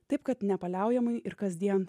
taip kad nepaliaujamai ir kasdien